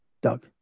Doug